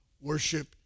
worship